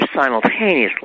simultaneously